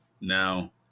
Now